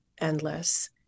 endless